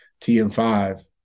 TM5